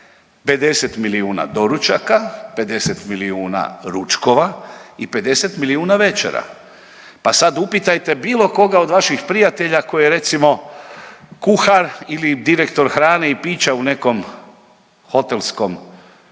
50 milijuna doručaka, 50 milijuna ručkova i 50 milijuna večera, pa sad upitajte bilo koga od vaših prijatelja koji je recimo kuhar ili direktor hrane i pića u nekom hotelskom